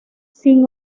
sin